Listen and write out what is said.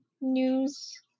news